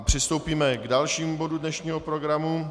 Přistoupíme k dalšímu bodu dnešního programu.